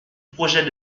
projet